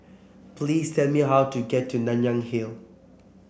please tell me how to get to Nanyang Hill